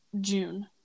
June